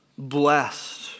Blessed